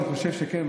אני חושב שכן.